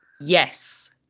yes